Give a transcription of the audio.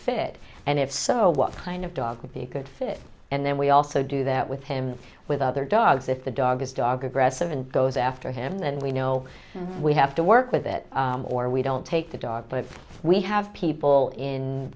fit and if so what kind of dog would be a good fit and then we also do that with him with other dogs if the dog is dog aggressive and goes after him then we know we have to work with it or we don't take the dog but we have people in